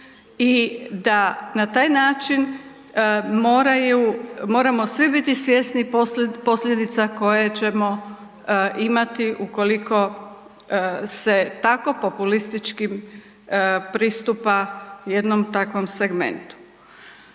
i da na taj način moraju, moramo svi biti svjesni posljedica koje ćemo imati ukoliko se tako populističkim pristupa jednom takvom segmentu.